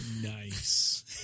Nice